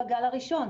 בגל הראשון,